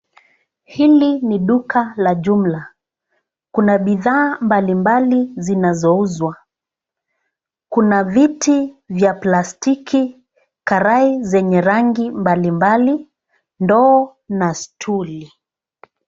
Hili ni duka la jumla, kuna bidhaa mbalimbali zinazouzwa. Kuna viti vya plastiki, karai zenye rangi mbalimbali, ndoo na stuli.